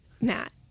Matt